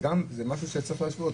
זה משהו שצריך להשוות.